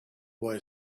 boy